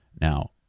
Now